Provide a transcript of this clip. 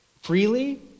freely